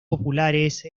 populares